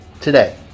today